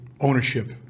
ownership